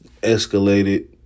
escalated